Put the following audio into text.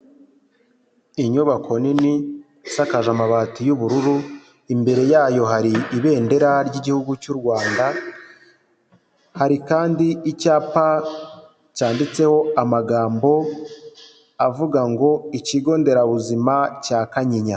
Inyubako nini isakaje amabati y'ubururu, imbere yayo hari Ibendera ry'Igihugu cy'u Rwanda, hari kandi icyapa cyanditseho amagambo avuga ngo ''Ikigo nderabuzima cya Kanyinya.''